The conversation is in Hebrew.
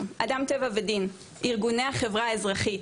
אנחנו אדם טבע ודין, ארגוני החברה האזרחית,